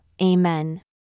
Amen